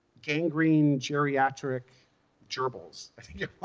gangrene geriatric gerbils.